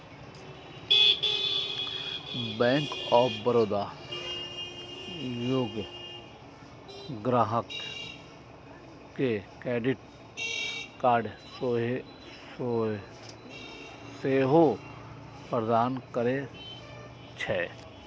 bank of Baroda योग्य ग्राहक कें क्रेडिट कार्ड सेहो प्रदान करै छै